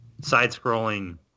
Side-scrolling